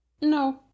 No